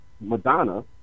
Madonna